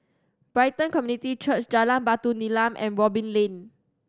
Brighton Community Church Jalan Batu Nilam and Robin Lane